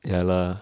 ya lah